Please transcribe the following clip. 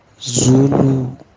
Zulu